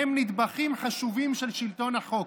הם נדבכים חשובים של שלטון החוק.